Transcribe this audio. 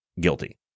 guilty